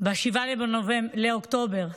ב-7 באוקטובר,